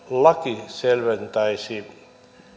laki selventäisi